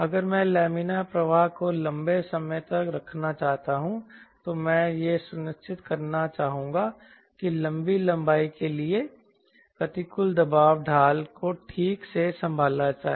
अगर मैं लैमिनार प्रवाह को लंबे समय तक रखना चाहता हूं तो मैं यह सुनिश्चित करना चाहूंगा कि लंबी लंबाई के लिए प्रतिकूल दबाव ढाल को ठीक से संभाला जाए